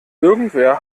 irgendwer